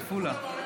עפולה.